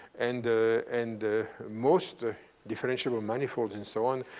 and and most ah differential but manifolds and so on,